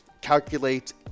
calculate